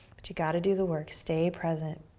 but you gotta do the work, stay present.